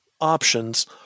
options